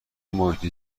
محیط